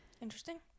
Interesting